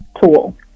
Tool